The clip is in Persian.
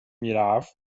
میرفت